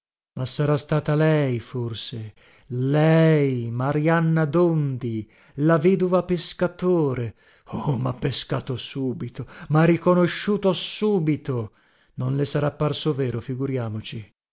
ma sarà stata lei forse lei marianna dondi la vedova pescatore oh mha pescato subito mha riconosciuto subito non le sarà parso vero figuriamoci